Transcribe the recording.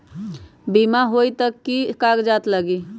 बिमा होई त कि की कागज़ात लगी?